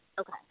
Okay